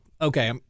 Okay